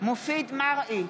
מופיד מרעי,